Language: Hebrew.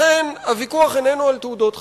לכן, הוויכוח איננו על תעודות חכמות,